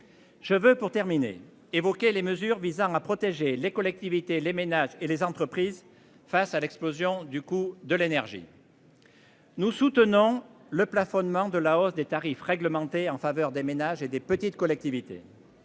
Je veux pour terminer évoquer les mesures visant à protéger les collectivités, les ménages et les entreprises face à l'explosion du coût de l'énergie.-- Nous soutenons le plafonnement de la hausse des tarifs réglementés en faveur des ménages et des petites collectivités.--